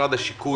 במשרד הביטחון